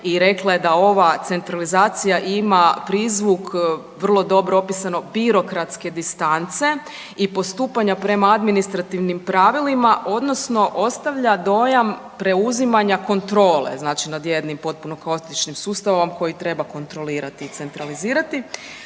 i rekla je da ova centralizacija ima prizvuk vrlo dobro opisano birokratske distance i postupanja prema administrativnim pravilima odnosno ostavlja dojam preuzimanja kontrole znači nad jednim potpuno klasičnim sustavom koji treba kontrolirati i centralizirati,